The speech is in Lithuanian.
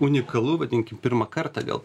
unikalu vadinkim pirmą kartą gal